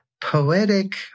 poetic